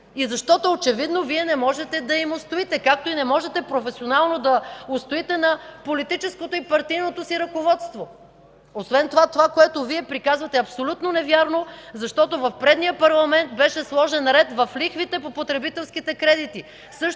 и защото очевидно Вие не можете да им устоите, както и не можете професионално да устоите на политическото и партийното си ръководство. Това, което Вие приказвате, е абсолютно невярно, защото в предния парламент беше сложен ред в лихвите по потребителските кредити.